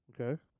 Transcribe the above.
Okay